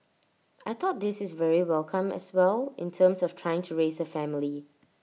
I thought this is very welcome as well in terms of trying to raise A family